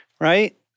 right